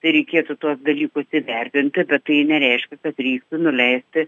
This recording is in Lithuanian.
tai reikėtų tuos dalykus įvertinti bet tai nereiškia kad reiktų nuleisti